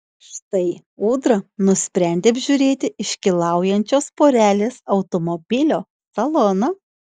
štai ūdra nusprendė apžiūrėti iškylaujančios porelės automobilio saloną